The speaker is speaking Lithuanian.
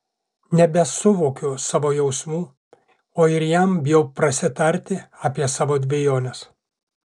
nebesuvokiu savo jausmų o ir jam bijau prasitarti apie savo dvejones